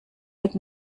mit